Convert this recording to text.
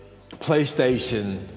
PlayStation